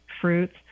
fruits